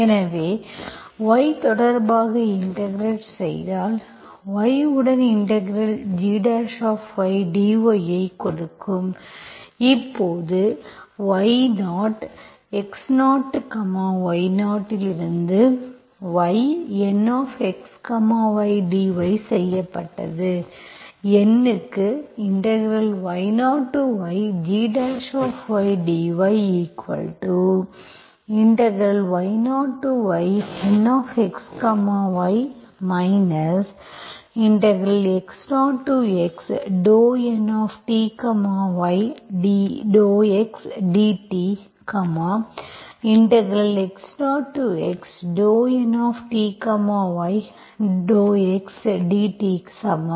எனவே y தொடர்பாக integrate செய்தால் y உடன் இன்டெக்ரல் gy dy ஐ கொடுக்கும் இப்போது y0 x0y0 இலிருந்து y Nx y dy செய்யப்பட்டது N க்கு y0ygy dy y0yNxy x0x∂Nty∂x dt x0x∂Nty∂x dt சமம்